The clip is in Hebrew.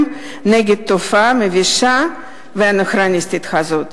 נגד התופעה המבישה והאנכרוניסטית הזו.